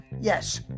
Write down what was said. Yes